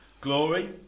Glory